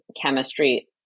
chemistry